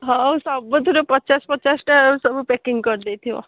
ହଉ ସବୁଥିରୁ ପଚାଶ ପଚାଶଟା ସବୁ ପ୍ୟାକିଙ୍ଗ୍ କରିଦେଇଥିବ